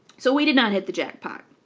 so we did not hit the jackpot.